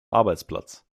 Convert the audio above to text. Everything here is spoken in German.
arbeitsplatz